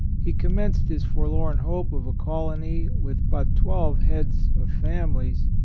he commenced his for lorn hope of a colony with but twelve heads of families,